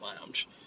Lounge